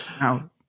now